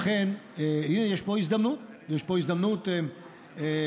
לכן הינה, יש פה הזדמנות, יש פה הזדמנות, אולי,